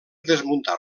desmuntar